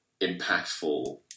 impactful